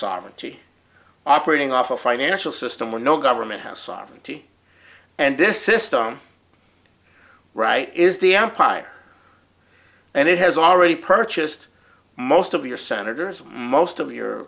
sovereignty operating off a financial system where no government has sovereignty and this system right is the empire and it has already purchased most of your senators and most of your